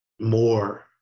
more